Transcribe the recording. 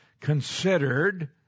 considered